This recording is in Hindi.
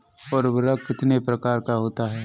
उर्वरक कितने प्रकार का होता है?